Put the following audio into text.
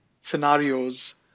scenarios